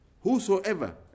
whosoever